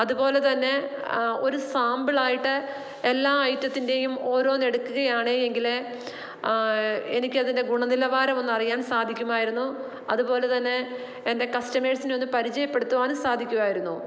അതുപോലെതന്നെ ഒരു സാമ്പിളായിട്ടു എല്ലാ ഐറ്റത്തിന്റെയും ഓരോന്ന് എടുക്കുകയാണെങ്കില് എനിക്ക് അതിന്റെ ഗുണനിലവാരം ഒന്നറിയാൻ സാധിക്കുമായിരുന്നു അതുപോലെ തന്നെ എന്റെ കസ്റ്റമേഴ്സിനെ ഒന്ന് പരിചയപ്പെടുത്തുവാനും സാധിക്കുവായിരുന്നു